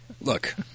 Look